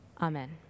Amen